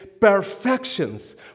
perfections